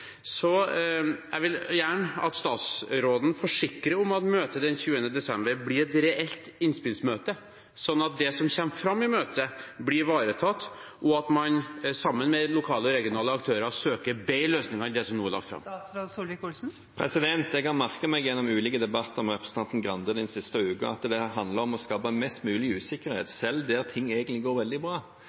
Jeg vil gjerne at statsråden forsikrer om at møtet den 20. desember blir et reelt innspillmøte, slik at det som kommer fram i møtet, blir ivaretatt, og at man sammen med lokale og regionale aktører søker bedre løsninger enn det som nå er lagt fram. Jeg har merket meg gjennom ulike debatter med representanten Grande den siste uken at det handler om å skape mest mulig usikkerhet, selv der ting egentlig går veldig bra.